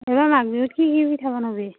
এইবাৰ মাঘ বিহত কি কি কি পিঠা বনাবি